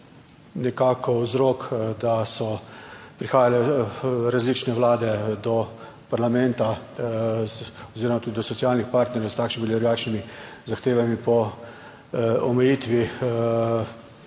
nekako vzrok, da so prihajale različne vlade do parlamenta oziroma tudi do socialnih partnerjev s takšnimi ali drugačnimi zahtevami po omejitvi